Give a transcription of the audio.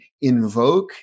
invoke